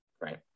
right